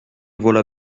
voilà